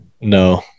No